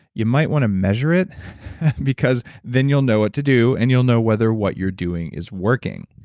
you might want to measure it because then you'll know what to do, and you'll know whether what you're doing is working.